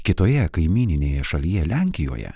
kitoje kaimyninėje šalyje lenkijoje